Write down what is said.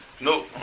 No